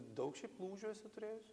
daug šiaip lūžių esi turėjus